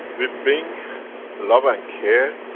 we bring love and care,